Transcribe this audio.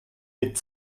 mit